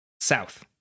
south